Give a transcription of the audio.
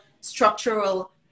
structural